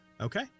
Okay